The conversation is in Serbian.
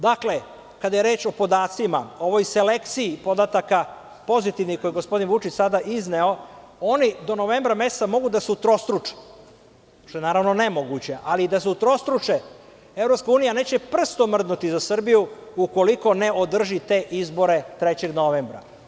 Dakle, kada je reč o podacima, o ovoj selekciji podataka, pozitivnih, koje je gospodin Vučić sada izneo, oni do novembra meseca mogu da se utrostruče, što je, naravno, nemoguće, ali i da se utrostruče, EU neće prstom mrdnuti za Srbiju ukoliko ne održi te izbore 3. novembra.